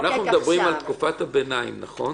לא, אנחנו מדברים על תקופת הביניים, נכון?